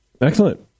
Excellent